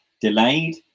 delayed